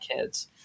kids